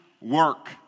Work